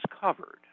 covered